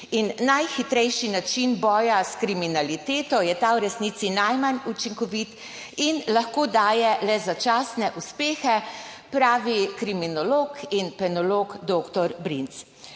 najhitrejši način boja s kriminaliteto, je ta v resnici najmanj učinkovit in lahko daje le začasne uspehe, pravi kriminolog in penolog dr. Brinc.